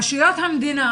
רשויות המדינה,